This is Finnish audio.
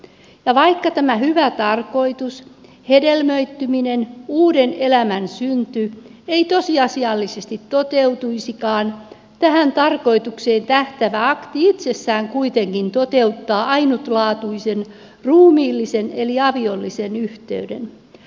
ja vaikka tämä hyvä tarkoitus hedelmöittyminen uuden elämän synty ei tosiasiallisesti toteutuisikaan tähän tarkoitukseen tähtäävä akti itsessään kuitenkin toteuttaa ainutlaatuisen ruumiillisen eli aviollisen yhteyden